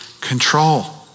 control